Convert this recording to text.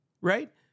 right